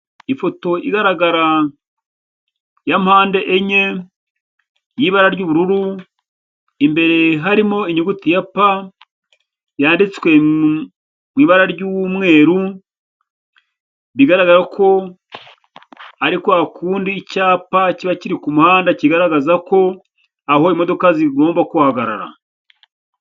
Ifoto igaragara, ya mpande enye, y'ibara ry'ubururu imbere harimo inyuguti ya pa, yanditswe mu ibara ry'umweru bigaragara ko ari kwa kundi icyapa kiba kiri ku muhanda kigaragaza ko, aho imodoka zigomba kuhahagarara.